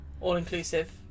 all-inclusive